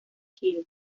hill